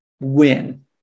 Win